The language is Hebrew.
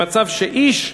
במצב שאיש,